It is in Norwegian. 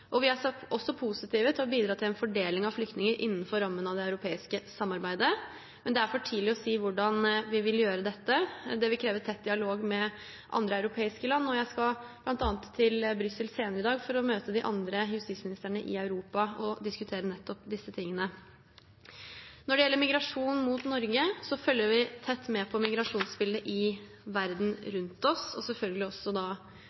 Vi har også sagt oss positive til å bidra til en fordeling av flyktninger innenfor rammen av det europeiske samarbeidet. Men det er for tidlig å si hvordan vi vil gjøre dette, det vil kreve tett dialog med andre europeiske land. Jeg skal bl.a. til Brussel senere i dag for å møte de andre justisministerne i Europa og diskutere nettopp disse tingene. Når det gjelder migrasjon mot Norge, følger vi tett med på migrasjonsbildet i verden